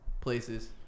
Places